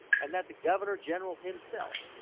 and that the governor-general himself,